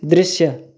दृश्य